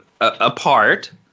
apart